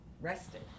rested